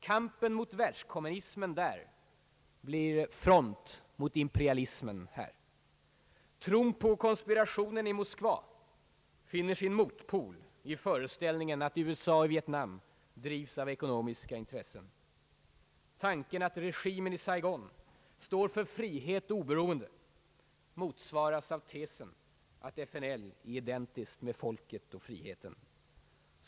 »Kampen mot världskommunismen» där blir »front mot imperialismen» här. Tron på konspirationen i Moskva finner sin motpol i föreställningen att USA i Vietnam drivs av ekonomiska intressen. Tanken att regimen i Saigon står för »frihet och obe roende» motsvaras av tesen att FNL är identiskt med »folket och friheten».